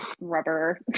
rubber